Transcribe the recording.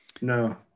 No